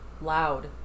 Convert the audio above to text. loud